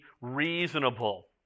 reasonable